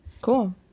Cool